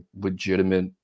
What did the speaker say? legitimate